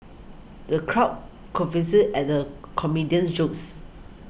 the crowd at the comedian's jokes